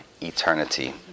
eternity